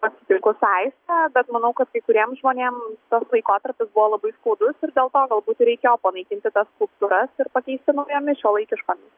aš sutinku su aiste bet manau kad kai kuriem žmonėm tas laikotarpis buvo labai skaudus ir dėl to galbūt reikėjo panaikinti tas skulptūras ir pakeisti naujomis šiuolaikiškomis